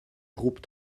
groupe